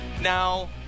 now